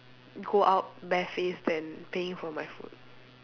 go out barefaced than paying for my food